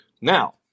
Now